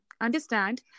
understand